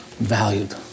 valued